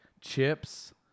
chips